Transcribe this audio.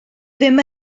ddim